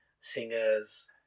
singers